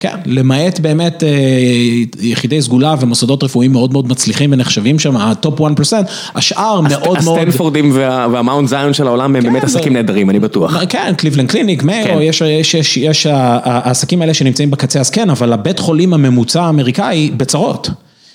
כן, למעט באמת יחידי סגולה ומוסדות רפואיים מאוד מאוד מצליחים ונחשבים שם, הטופ 1 פרסנט, השאר מאוד מאוד... הסטנפורדים והמאונד זיון של העולם הם באמת עסקים נהדרים, אני בטוח. כן, קליבלנד קליניק, מאו, יש העסקים האלה שנמצאים בקצה, אז כן, אבל הבית חולים הממוצע האמריקאי בצהרות.